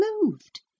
moved